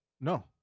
no